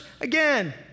again